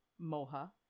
moha